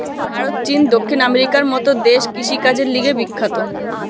ভারত, চীন, দক্ষিণ আমেরিকার মত দেশ কৃষিকাজের লিগে বিখ্যাত